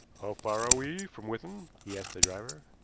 far are we from withan? he asked the driver.